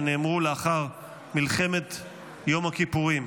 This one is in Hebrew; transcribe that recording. שנאמרו לאחר מלחמת יום הכיפורים: